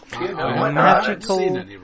Magical